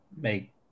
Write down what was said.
make